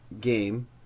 game